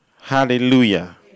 Hallelujah